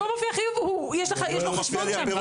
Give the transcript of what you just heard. אם בו מופיע חיוב, יש לו חשבון שם.